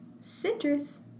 Citrus